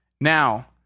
now